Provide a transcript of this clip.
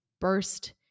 burst